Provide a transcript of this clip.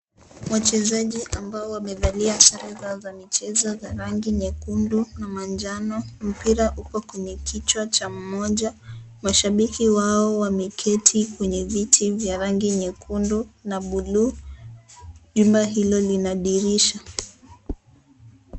Wachezaji ambao wamevalia sare zao za michezo za rangi nyekundu na manjano. Mpira uko kwenye kichwa cha mmoja ,mashabiki wao wameketi kwenye viti vya rangi nyekundu na bluu, nyumba hilo lina dirisha.